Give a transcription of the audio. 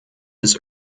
his